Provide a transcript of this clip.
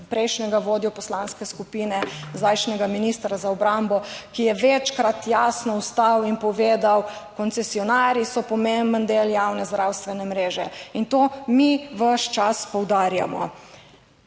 prejšnjega vodjo poslanske skupine, zdajšnjega ministra za obrambo, ki je večkrat jasno vstal in povedal: koncesionarji so pomemben del javne zdravstvene mreže. In to mi ves čas poudarjamo.